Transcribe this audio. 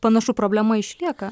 panašu problema išlieka